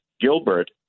Gilbert